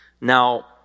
Now